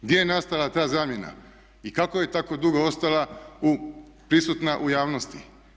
Gdje je nastala takva zamjena i kako je tako dugo ostala prisutna u javnosti?